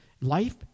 Life